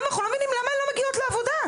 ולא מבינים למה הן לא מגיעות לעבודה.